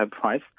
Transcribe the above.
price